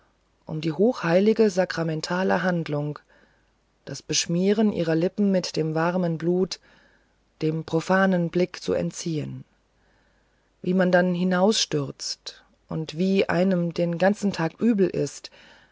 um die hochheilige sakramentale handlung das beschmieren ihrer lippen mit dem warmen blut dem profanen blick zu entziehen wie man dann hinausstürzt und wie einem den ganzen tag übel ist